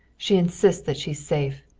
she insists that she's safe.